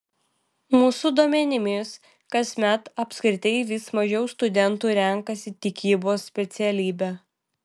mūsų duomenimis kasmet apskritai vis mažiau studentų renkasi tikybos specialybę